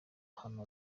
ahantu